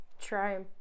try